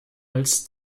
als